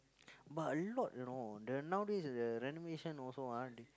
but a lot you know the nowadays the renovation also ah